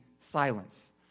Silence